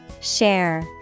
Share